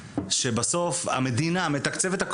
זה לספורט נשים באופן כללי.